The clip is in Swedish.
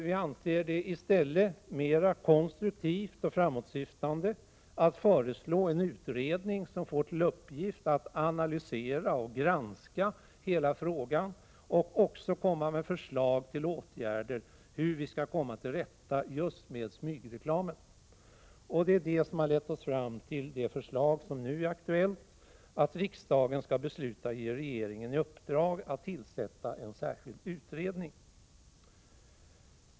Vi anser det i stället vara mer konstruktivt och framåtsyftande att föreslå en utredning som får till uppgift att analysera och granska hela frågan och också komma med förslag till åtgärder för att vi skall komma till rätta med just smygreklamen. Detta har lett oss fram till det förslag som nu är aktuellt: att riksdagen skall besluta ge regeringen i uppdrag att tillsätta en särskild utredning.